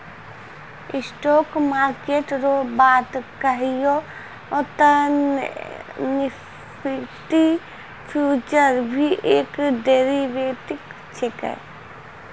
stock market रो बात कहियो ते निफ्टी फ्यूचर भी एक डेरीवेटिव छिकै